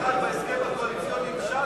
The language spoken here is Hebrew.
אדוני היושב-ראש,